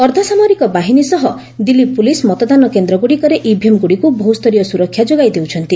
ଅର୍ଦ୍ଧସାମରିକ ବାହିନୀ ସହ ଦିଲ୍ଲୀ ପୁଲିସ୍ ମତଦାନ କେନ୍ଦ୍ରଗୁଡ଼ିକରେ ଇଭିଏମ୍ଗୁଡ଼ିକୁ ବହୁସ୍ତରୀୟ ସୁରକ୍ଷା ଯୋଗାଇ ଦେଉଛନ୍ତି